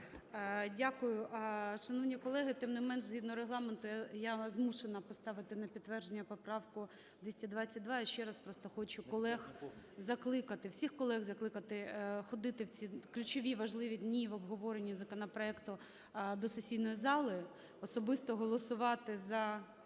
Дякую. Шановні колеги, тим не менш, згідно Регламенту, я змушена поставити на підтвердження поправку 222. Я ще раз просто хочу колег закликати, всіх колег закликати ходити, в ці ключові важливі дні в обговоренні законопроекту, до сесійної зали, особисто голосувати за